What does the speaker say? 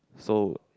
so